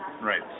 Right